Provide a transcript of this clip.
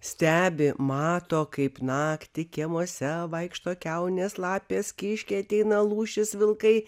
stebi mato kaip naktį kiemuose vaikšto kiaunės lapės kiškiai ateina lūšys vilkai